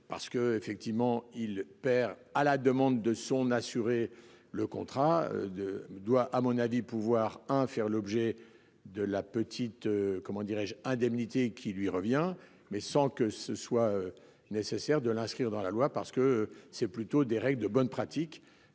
parce que effectivement il perd à la demande de son assuré. Le contrat de doit à mon avis pouvoir hein, faire l'objet de la petite, comment dirais-je indemnités qui lui revient mais sans que ce soit nécessaire de l'inscrire dans la loi parce que c'est plutôt des règles de bonnes pratiques.